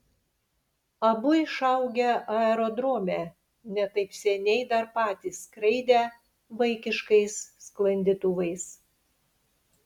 abu išaugę aerodrome ne taip seniai dar patys skraidę vaikiškais sklandytuvais